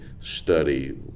study